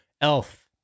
Elf